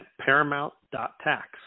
paramount.tax